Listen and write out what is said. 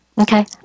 Okay